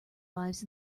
lives